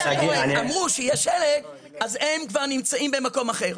אמרו שיהיה שלג, אז הם כבר נמצאים במקום אחר.